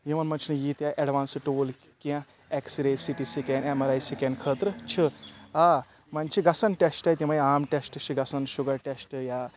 یِمَن منٛز چھِنہٕ ییٖتیاہ اٮ۪ڈوانسٕڈ ٹوٗل کینٛہہ X-ray C T scan M R I scan خٲطرٕ چھِ آ وۄنۍ چھِ گژھان ٹٮ۪سٹ اَتہِ یِمٕے عام ٹٮ۪سٹ چھِ گژھان شُگَر ٹٮ۪سٹ یا